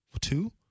Two